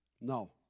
No